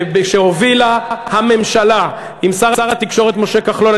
שהובילה הממשלה עם שר התקשורת משה כחלון,